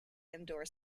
indoor